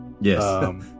Yes